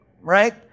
right